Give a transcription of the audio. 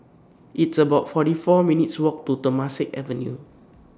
It's about forty four minutes' Walk to Temasek Avenue